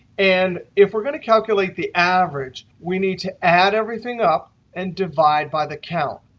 and if we're going to calculate the average, we need to add everything up and divide by the count.